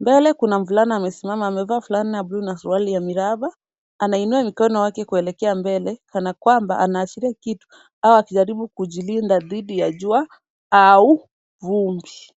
Mbele kuna mvulana amesimama. Amevaa fulana ya blue na suruali ya miraba. Anainua mikono wake kuelekea mbele kama kwamba anaashiria kitu au akijaribu kujilinda dhidi ya jua au vumbi.